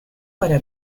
para